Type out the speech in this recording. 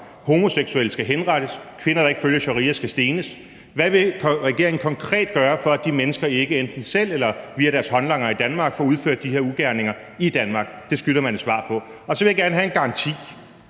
homoseksuelle skal henrettes, kvinder, der ikke følger sharia, skal stenes. Hvad vil regeringen konkret gøre for, at de mennesker ikke enten selv eller via deres håndlangere i Danmark får udført de her ugerninger i Danmark? Det skylder man et svar på. Og så vil jeg gerne have en garanti.